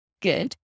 good